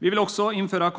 Vi vill också införa